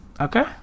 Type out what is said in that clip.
Okay